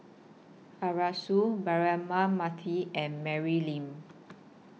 Arasu Braema Mathi and Mary Lim